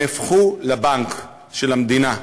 ופשוט נהפכו לבנק של המדינה.